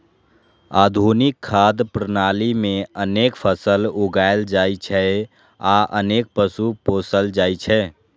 आधुनिक खाद्य प्रणाली मे अनेक फसल उगायल जाइ छै आ अनेक पशु पोसल जाइ छै